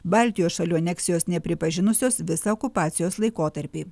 baltijos šalių aneksijos nepripažinusios visą okupacijos laikotarpį